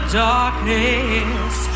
darkness